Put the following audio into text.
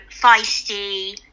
feisty